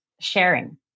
sharing